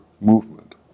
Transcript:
movement